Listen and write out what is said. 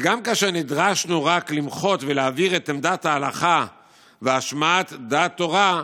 גם כאשר נדרשנו רק למחות ולהעביר את עמדת ההלכה ולהשמיע דעת תורה,